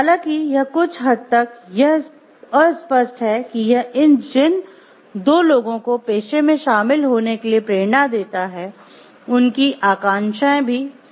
हालांकि यह कुछ हद तक यह अस्पष्ट है कि यह जिन लोगों को पेशे में शामिल होने के लिए प्रेरणा देता है उनकी आकांक्षाएं भी समान ही होंगी